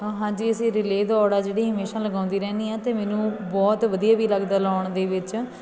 ਹਾਂਜੀ ਅਸੀਂ ਰਿਲੇਅ ਦੌੜ ਆ ਜਿਹੜੀ ਹਮੇਸ਼ਾ ਲਗਾਉਂਦੀ ਰਹਿੰਦੀ ਹਾਂ ਅਤੇ ਮੈਨੂੰ ਬਹੁਤ ਵਧੀਆ ਵੀ ਲੱਗਦਾ ਲਾਉਣ ਦੇ ਵਿੱਚ